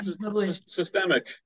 systemic